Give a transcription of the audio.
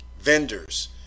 vendors